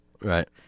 Right